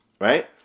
Right